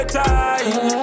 time